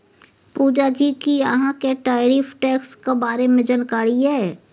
पुजा जी कि अहाँ केँ टैरिफ टैक्सक बारे मे जानकारी यै?